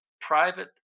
private